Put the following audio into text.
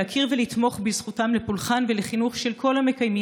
להכיר ולתמוך בזכותם לפולחן ולחינוך של כל המקיימים